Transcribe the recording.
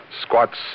squats